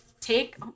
take